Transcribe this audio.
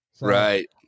right